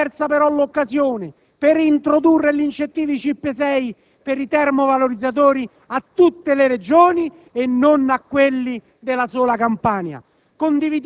È stata persa però l'occasione per reintrodurre gli incentivi CIP 6 per i termovalorizzatori di tutte le Regioni e non quelli della sola Campania.